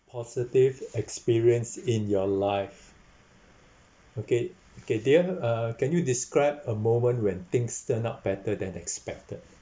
positive experience in your life okay okay dear uh can you describe a moment when things turn out better than expected